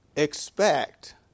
Expect